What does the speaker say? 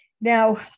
Now